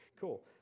Cool